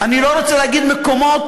אני לא רוצה להגיד מקומות,